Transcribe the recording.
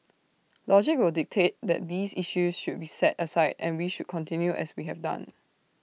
logic will dictate that these issues should be set aside and we should continue as we have done